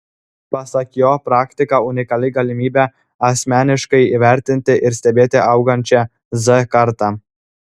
pasak jo praktika unikali galimybė asmeniškai įvertinti ir stebėti augančią z kartą